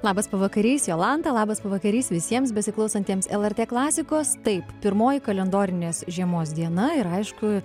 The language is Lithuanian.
labas pavakarys jolanta labas pavakarys visiems besiklausantiems lrt klasikos taip pirmoji kalendorinės žiemos diena ir aišku